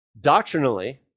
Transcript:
doctrinally